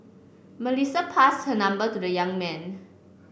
Melissa passed her number to the young man